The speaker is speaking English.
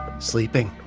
sleeping.